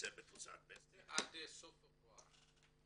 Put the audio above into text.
לפרסם בקבוצת וסטי --- זה עד סוף פברואר.